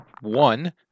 One